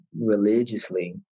religiously